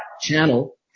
channel